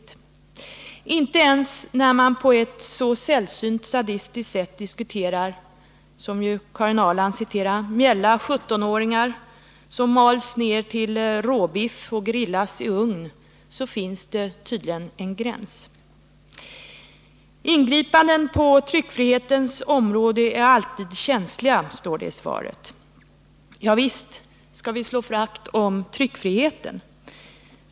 Det finns tydligen inte en gräns ens när man på ett sällsynt sadistiskt sätt diskuterar, som Karin Ahrland citerade, ”mjälla 17-åringar” som mals ner till råbiff och grillas i ugn. Ingripanden på tryckfrihetens område är alltid känsliga, står det i svaret. Ja, visst skall vi slå vakt om tryckfriheten.